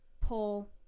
pull